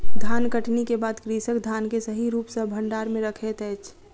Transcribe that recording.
धानकटनी के बाद कृषक धान के सही रूप सॅ भंडार में रखैत अछि